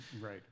right